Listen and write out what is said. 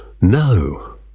no